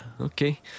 Okay